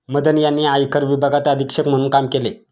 मदन यांनी आयकर विभागात अधीक्षक म्हणून काम केले